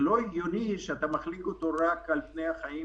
זה לא הגיוני שאתה מחליק אותו רק על פני החיים